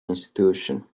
institution